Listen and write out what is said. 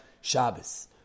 Shabbos